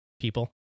people